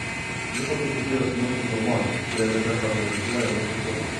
visa tai susiję su mūsų hormonais kurie nebeharmonizuoja mūsų kūno